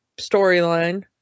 storyline